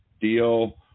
deal